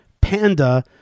panda